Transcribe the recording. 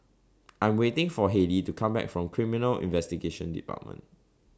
I'm waiting For Halie to Come Back from Criminal Investigation department